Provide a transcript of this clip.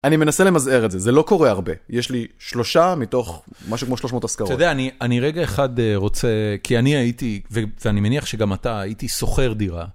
אני מנסה למזער את זה, זה לא קורה הרבה. יש לי שלושה מתוך משהו כמו שלוש מאות עסקאות. אתה יודע, אני רגע אחד רוצה... כי אני הייתי, ואני מניח שגם אתה, הייתי שוכר דירה.